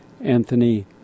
Anthony